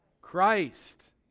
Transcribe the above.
Christ